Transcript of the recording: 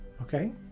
Okay